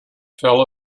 fell